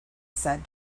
said